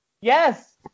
Yes